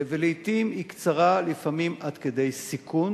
ולעתים היא קצרה עד כדי סיכון